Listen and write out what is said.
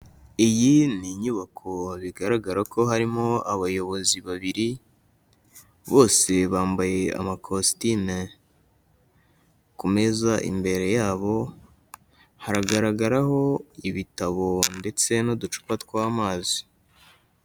Iyi ni inyubako bigaragara ko harimo abayobozi babiri, bose bambaye amakositime. Ku meza imbere yabo haragaragaraho ibitabo ndetse n'uducupa tw'amazi.